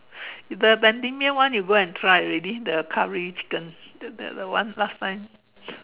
the Bendemeer one you go and try already the curry chicken the the one last time